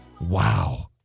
Wow